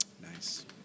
Nice